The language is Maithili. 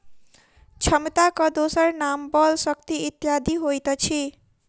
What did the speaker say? क्षमताक दोसर नाम बल, शक्ति इत्यादि होइत अछि